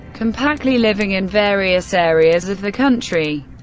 compactly living in various areas of the country.